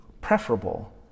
preferable